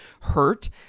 hurt